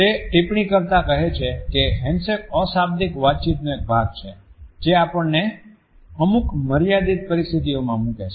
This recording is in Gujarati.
તે ટિપ્પણી કરતા કહે છે કે હેન્ડશેક અશાબ્દિક વાતચીતનો એક ભાગ છે જે આપણને અમુક માર્યાદિત પરિસ્થિતિમાં મૂકે છે